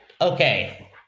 okay